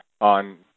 on